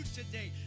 today